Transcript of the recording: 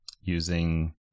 using